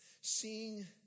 Seeing